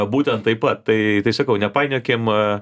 būtent taip pat tai tai sakau nepainiokim